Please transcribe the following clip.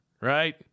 right